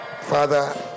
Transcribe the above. Father